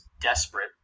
desperate